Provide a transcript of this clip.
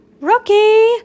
Rookie